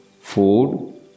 food